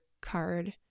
card